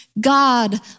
God